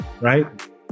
right